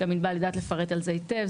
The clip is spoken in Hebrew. גם ענבל יודעת לפרט על זה היטב.